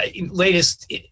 latest